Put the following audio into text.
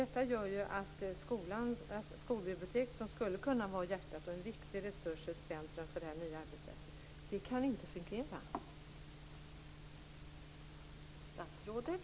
Detta gör att skolbiblioteken, som skulle kunna vara en viktig resurs och ett centrum för det nya arbetssättet, inte kan fungera.